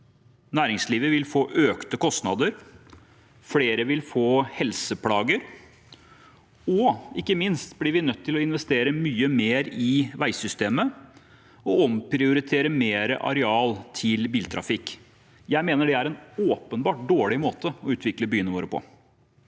næringslivet vil få økte kostnader, at flere vil få helseplager. Og ikke minst blir vi nødt til å investere mye mer i veisystemet og omprioritere mer areal til biltrafikk. Jeg mener det er en åpenbart dårlig måte å utvikle byene våre på.